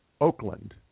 Oakland